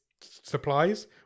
supplies